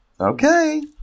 Okay